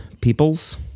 people's